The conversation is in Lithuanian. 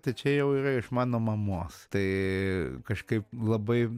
tai čia jau yra iš mano mamos tai kažkaip labai